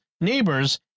neighbors